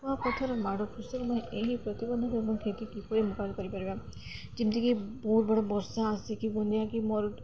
କୁଆପଥର ମାଡ଼ ଖସେ ଏବଂ ଏହି ପ୍ରତିିବନ୍ଧକରେ କିପରି ମୁକାବିଲା କରିପାରିବା ଯେମିତିକି ବହୁତ ବଡ଼ ବର୍ଷା ଆସିକି ବନ୍ୟା କି ମରୁଡ଼ି